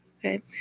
okay